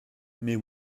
mais